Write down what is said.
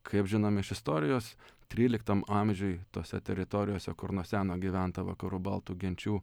kaip žinom iš istorijos tryliktam amžiuj tose teritorijose kur nuo seno gyventa vakarų baltų genčių